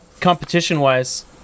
competition-wise